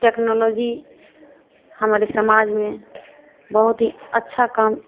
technology हमारे समाज में बहुत ही अच्छा काम